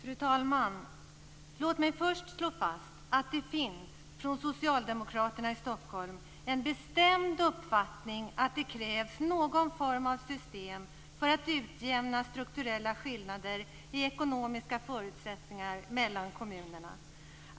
Fru talman! Låt mig först slå fast att socialdemokraterna i Stockholm har en bestämd uppfattning om att det krävs någon form av system för att utjämna strukturella skillnader i ekonomiska förutsättningar mellan kommunerna.